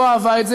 לא אהבה את זה,